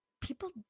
people